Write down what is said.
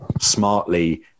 smartly